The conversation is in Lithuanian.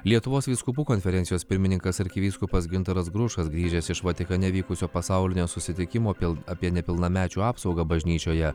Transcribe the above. lietuvos vyskupų konferencijos pirmininkas arkivyskupas gintaras grušas grįžęs iš vatikane vykusio pasaulinio susitikimo pil apie nepilnamečių apsaugą bažnyčioje